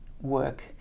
work